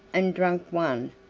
and drank one,